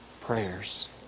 prayers